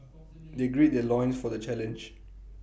they grill their loins for the challenge